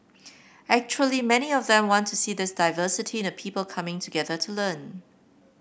actually many of them want to see this diversity in the people coming together to learn